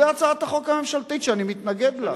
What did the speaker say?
זה הצעת החוק הממשלתית שאני מתנגד לה,